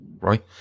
right